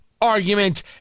argument